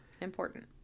important